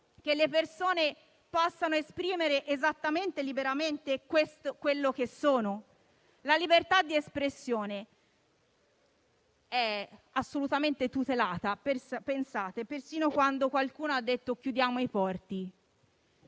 che le persone possano esprimere esattamente e liberamente quello che sono? La libertà di espressione è stata assolutamente tutelata - pensate - persino quando qualcuno ha detto «chiudiamo i porti».